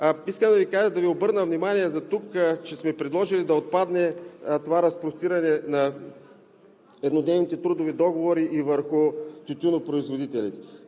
искам да Ви обърна внимание, че сме предложили да отпадне това разпростиране на еднодневните трудови договори и върху тютюнопроизводителите.